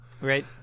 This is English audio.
Right